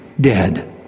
dead